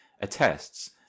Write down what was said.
attests